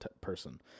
person